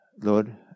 Lord